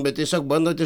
bet tiesiog bandot